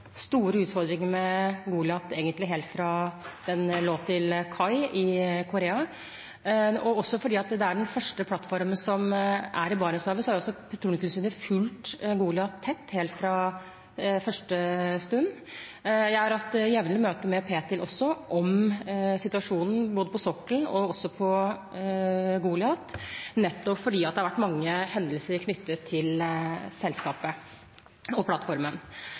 store utfordringer med plattformen, egentlig helt fra den lå til kai i Korea. Også fordi det er den første plattformen som er i Barentshavet, har Petroleumstilsynet fulgt Goliat tett helt fra første stund. Jeg har hatt jevnlige møter med Ptil om situasjonen, både på sokkelen og på Goliat, nettopp fordi det har vært mange hendelser knyttet til selskapet og plattformen.